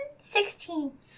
sixteen